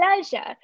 pleasure